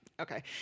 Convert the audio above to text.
okay